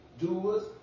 doers